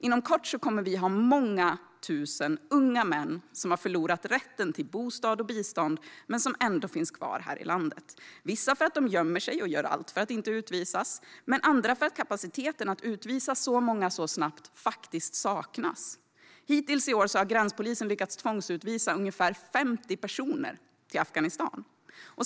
Inom kort kommer vi att ha många tusen unga män som har förlorat rätten till bostad och bistånd men som ändå finns kvar här i landet, vissa därför att de gömmer sig och gör allt för att inte utvisas, andra därför att kapaciteten att utvisa så många så snabbt saknas. Hittills i år har gränspolisen lyckats tvångsutvisa ungefär 50 personer till Afghanistan.